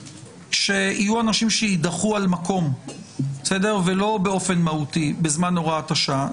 שיהיו אנשים שיידחו על מקום ולא באופן מהותי בזמן הוראת השעה.